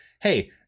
Hey